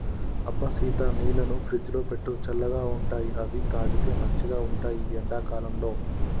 అబ్బ సీత నీళ్లను ఫ్రిజ్లో పెట్టు చల్లగా ఉంటాయిఅవి తాగితే మంచిగ ఉంటాయి ఈ ఎండా కాలంలో